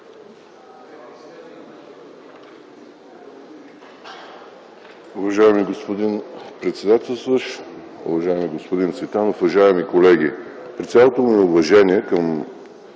Уважаеми господин председателстващ, уважаеми господин Цветанов, уважаеми колеги! При цялото ми уважение към